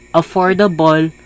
affordable